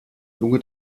lunge